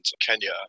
Kenya